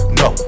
no